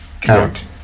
count